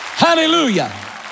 Hallelujah